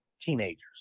teenagers